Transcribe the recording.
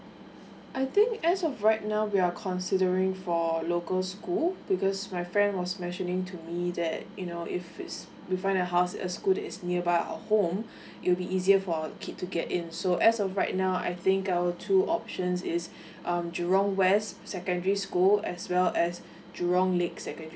I think as of right now we are considering for local school because my friend was mentioning to me that you know if it's depend on the house a the school that is nearby our home it'll be easier for kid to get in so as of right now I think our two options is um jurong west secondary school as well as jurong lake secondary